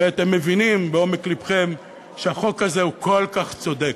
הרי אתם מבינים בעומק לבכם שהחוק הזה הוא כל כך צודק.